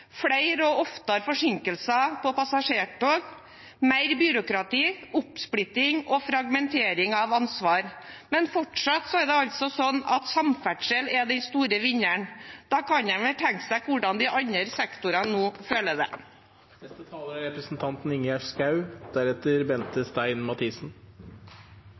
flere og oftere forsinkelser på passasjertog, mer byråkrati, oppsplitting og fragmentering av ansvar. Men fortsatt er altså samferdsel den store vinneren. Da kan en vel tenke seg hvordan de andre sektorene føler det nå. Jeg er